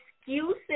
excuses